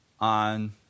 on